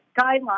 guidelines